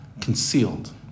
Concealed